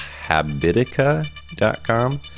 Habitica.com